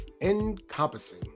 encompassing